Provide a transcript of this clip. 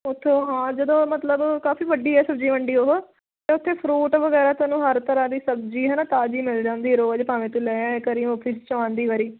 ਉੱਥੋਂ ਹਾਂ ਜਦੋਂ ਮਤਲਬ ਕਾਫ਼ੀ ਵੱਡੀ ਹੈ ਸਬਜ਼ੀ ਮੰਡੀ ਉਹ ਅਤੇ ਉੱਥੇ ਫਰੂਟ ਵਗੈਰਾ ਤੈਨੂੰ ਹਰ ਤਰ੍ਹਾਂ ਦੀ ਸਬਜ਼ੀ ਹੈ ਨਾ ਤਾਜ਼ੀ ਮਿਲ ਜਾਂਦੀ ਰੋਜ਼ ਭਾਵੇਂ ਤੂੰ ਲੈ ਆਇਆ ਕਰੀਂ ਓਫ਼ਿਸ 'ਚੋਂ ਆਉਂਦੀ ਵਾਰ